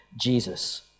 Jesus